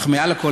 אך מעל הכול,